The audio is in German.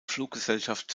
fluggesellschaft